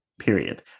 period